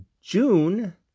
June